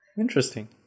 interesting